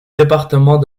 département